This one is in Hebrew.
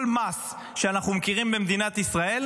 כל מס שאנחנו מכירים במדינת ישראל,